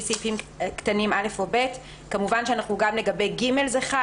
סעיף קטן (א) או (ב)" כמובן שגם לגבי (ג) זה חל,